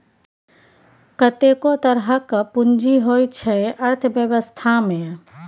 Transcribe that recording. कतेको तरहक पुंजी होइ छै अर्थबेबस्था मे